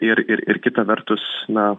ir ir ir kita vertus na